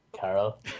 Carol